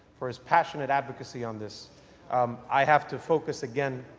for his passionate advocate season this i have to focus again,